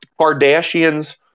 Kardashians